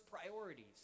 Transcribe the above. priorities